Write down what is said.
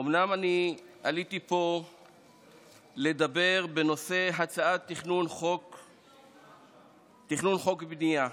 אומנם אני עליתי פה לדבר בנושא הצעת חוק התכנון והבנייה,